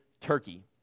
Turkey